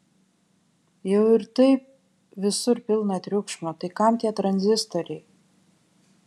jau ir taip visur pilna triukšmo tai kam tie tranzistoriai